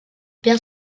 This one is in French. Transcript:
perd